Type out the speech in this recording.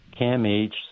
CAMH